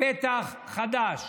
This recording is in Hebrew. פתח חדש,